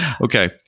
Okay